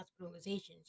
hospitalizations